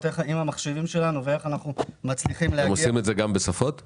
איך אנחנו מצליחים להגיע --- אתם עושים את זה בשפות שונות?